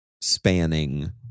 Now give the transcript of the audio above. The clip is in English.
spanning